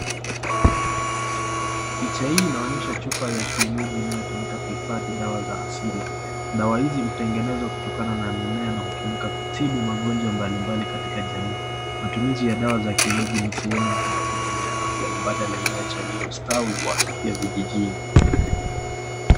Picha hii inaonyesha chupa ya kienyeji inayotumika kuhifadhi dawa za asili. Dawa hizi hutengenezwa kutokana na mimea na hutumika kutibu magonjwa mbalimbali katika jamii. Matumizi ya dawa za kienyeji ni sehemu ya huduma ya afya mbadala inayochangia ustawi wa afya vijijini.